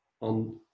on